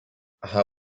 ha